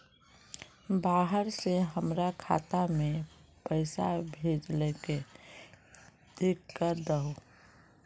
बाहर से हमरा खाता में पैसा भेजलके चेक कर दहु?